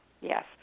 Yes